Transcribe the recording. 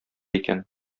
икән